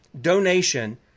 donation